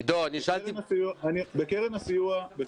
עידו, מה הביצוע בקרן הסיוע, אתה יכול להגיד?